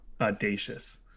audacious